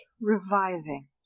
reviving